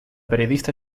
periodista